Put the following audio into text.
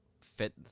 fit